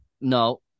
No